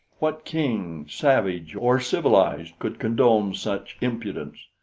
what king, savage or civilized, could condone such impudence?